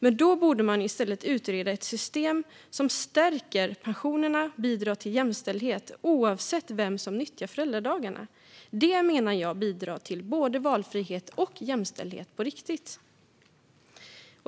Men då borde man i stället utreda ett system som stärker pensionerna och bidrar till jämställdhet oavsett vem som nyttjar föräldradagarna. Det menar jag bidrar till både valfrihet och jämställdhet på riktigt.